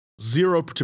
zero